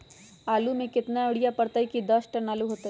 आलु म केतना यूरिया परतई की दस टन आलु होतई?